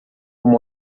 uma